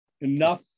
enough